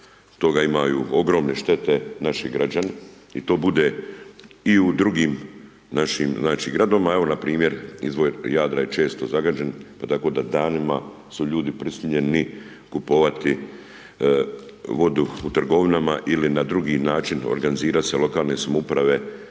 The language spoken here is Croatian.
toga imaju ogromne štete naši građani i to bude i u drugim našim gradovima. Evo npr. …/Govornik se ne razumije./… je često zagađen, tako da danima su ljudi prisiljeni kupovati vodu u trgovinama ili na drugi način organizirati se lokalne samouprave